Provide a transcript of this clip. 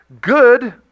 Good